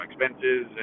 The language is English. expenses